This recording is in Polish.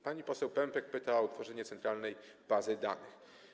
Pani poseł Pępek pyta o utworzenie centralnej bazy danych.